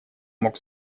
мог